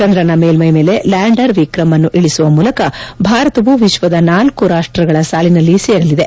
ಚಂದ್ರನ ಮೇಲ್ವೈ ಮೇಲೆ ಲ್ಯಾಂಡರ್ ವಿಕ್ರಮ್ ಅನ್ನು ಇಳಿಸುವ ಮೂಲಕ ಭಾರತವು ವಿಶ್ವದ ನಾಲ್ಲು ರಾಷ್ಸಗಳ ಸಾಲಿನಲ್ಲಿ ಸೇರಲಿದೆ